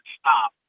stop